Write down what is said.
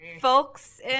Folks